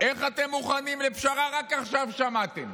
איך אתם מוכנים לפשרה, רק עכשיו שמעתם.